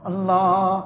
Allah